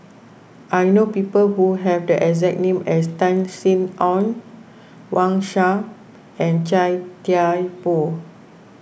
I know people who have the exact name as Tan Sin Aun Wang Sha and Chia Thye Poh